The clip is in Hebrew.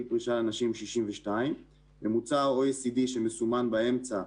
פרישה לנשים 62. ממוצע ה-OECD שמסומן באמצע,